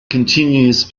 continues